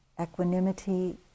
equanimity